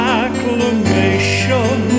acclamation